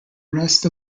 rest